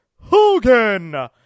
Hogan